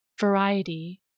variety